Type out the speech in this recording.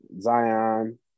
Zion